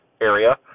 area